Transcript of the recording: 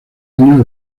años